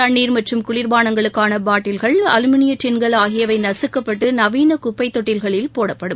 தண்ணீர் மற்றும் குளிப்பானங்களுக்கான பாட்டில்கள் அலுமினிய டின்கள் ஆகியவை நசுக்கப்பட்டு நவீன குப்பை தொட்டில்களில் போடப்படும்